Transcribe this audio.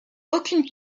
aucune